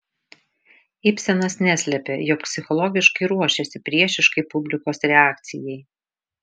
ibsenas neslepia jog psichologiškai ruošėsi priešiškai publikos reakcijai